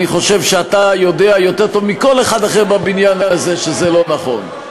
אני חושב שאתה יודע יותר טוב מכל אחד אחר בבניין הזה שזה לא נכון.